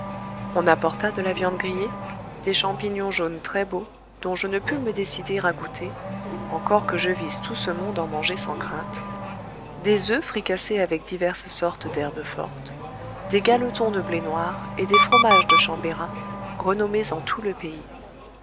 on apporta de la viande grillée des champignons jaunes très-beaux dont je ne pus me décider à goûter encore que je visse tout ce monde en manger sans crainte des oeufs fricassés avec diverses sortes d'herbes fortes des galetons de blé noir et des fromages de chambérat renommés en tout le pays